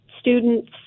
students